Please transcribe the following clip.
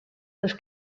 les